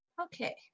Okay